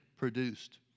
produced